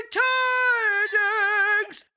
tidings